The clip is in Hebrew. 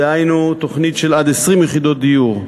דהיינו תוכנית עד 20 יחידות דיור,